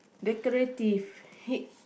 decorative h~